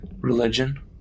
Religion